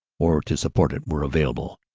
or to support it, were available,